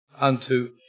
unto